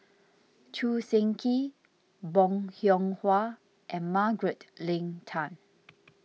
Choo Seng Quee Bong Hiong Hwa and Margaret Leng Tan